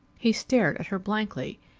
he stared at her blankly.